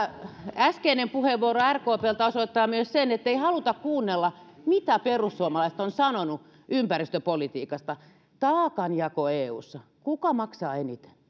äskeinen puheenvuoro rkpltä osoittaa myös sen ettei haluta kuunnella mitä perussuomalaiset ovat sanoneet ympäristöpolitiikasta taakanjako eussa kuka maksaa eniten